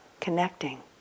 connecting